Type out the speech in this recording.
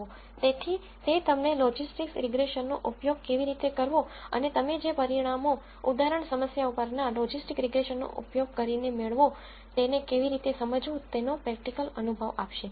તેથી તે તમને લોજિસ્ટિક્સ રીગ્રેસન નો ઉપયોગ કેવી રીતે કરવો અને તમે જે પરિણામો ઉદાહરણ સમસ્યા પરના લોજિસ્ટિક્સ રીગ્રેસન નો ઉપયોગ કરીને મેળવો તેને કેવી રીતે સમજવું તેનો પ્રેકટીકલ અનુભવ આપશે